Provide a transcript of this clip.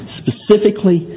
specifically